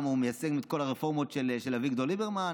כי הוא מייצג את כל הרפורמות של אביגדור ליברמן.